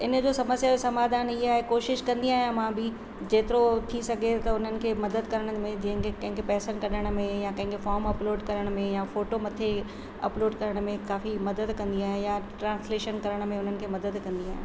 इन जो समस्या जो समाधान ईअं कोशिश कंदी आहियां मां बि जेतिरो थी सघे त उन्हनि खे मदद करण में जंहिंखे कंहिंखे पैसा कढण में या कंहिंखे फॉर्म अपलोड करण में या फ़ोटो मथे अपलोड करण में काफ़ी मदद कंदी आहे या ट्रांसलेशन करण में उन्हनि में मदद कंदी आहियां